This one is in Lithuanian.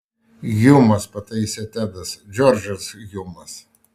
hjumas pataisė tedas džordžas hjumas